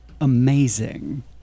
amazing